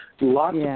Lots